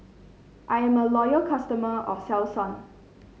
I am a loyal customer of Selsun